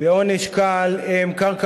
לוועדת החינוך, התרבות